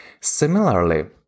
Similarly